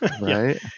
right